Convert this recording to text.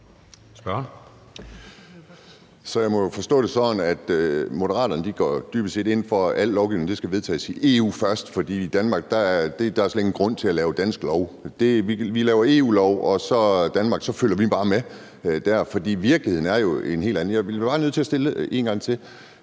jeg må jo forstå det sådan, at Moderaterne dybest set går ind for, at al lovgivning skal vedtages i EU først, fordi der i Danmark slet ingen grund er til at lave dansk lov. Vi laver EU-love, og i Danmark følger vi så bare med. For virkeligheden er jo en helt anden, og jeg bliver bare nødt til at stille spørgsmålet